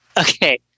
Okay